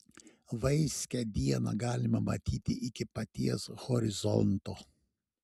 vaiskią dieną galima matyti iki paties horizonto